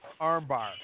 armbar